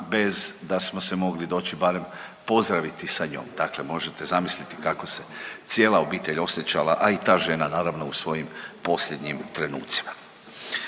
bez da smo se mogli doći barem pozdraviti sa njom, dakle možete zamisliti kako se cijela obitelj osjećala, a i ta žena naravno u svojim posljednjim trenucima.